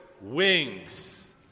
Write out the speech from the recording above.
Wings